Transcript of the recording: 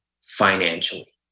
financially